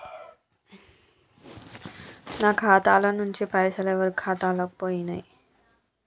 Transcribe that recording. నా ఖాతా ల నుంచి పైసలు ఎవరు ఖాతాలకు పోయినయ్?